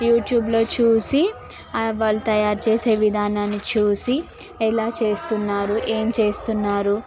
యూట్యూబ్లో చూసి ఆ వాళ్ళు తయారు చేసే విధానాన్ని చూసి ఎలా చేస్తున్నారు ఏం చేస్తున్నారు